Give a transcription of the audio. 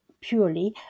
purely